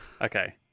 Okay